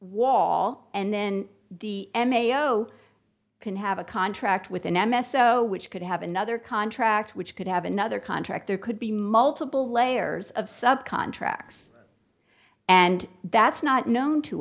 wall and then the m a o can have a contract with an m s o which could have another contract which could have another contract there could be multiple layers of sub contracts and that's not known to